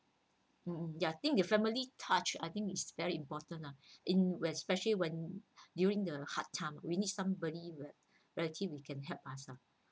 mm ya think they're family touch you I think it's very important ah in where especially when during the hard time we need somebody relative we can help us lah